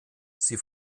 sie